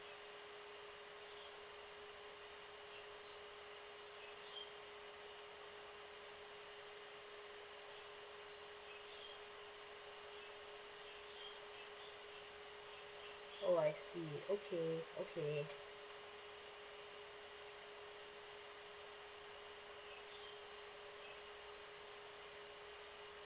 oh I see okay okay